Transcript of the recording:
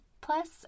Plus